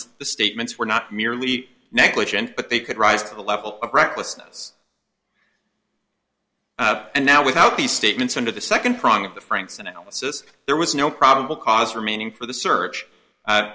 that the statements were not merely negligent but they could rise to the level of recklessness now without these statements under the second prong of the franks analysis there was no probable cause remaining for the search